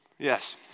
Yes